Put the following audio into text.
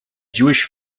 jewish